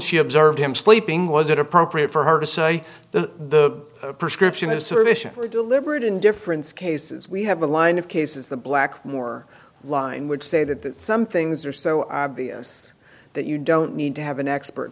she observed him sleeping was it appropriate for her to say the prescription is service or deliberate indifference cases we have a line of cases the blackmore line would say that some things are so obvious that you don't need to have an expert